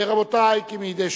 ניצן הורוביץ, רונית תירוש,